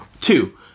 Two